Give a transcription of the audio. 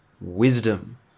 wisdom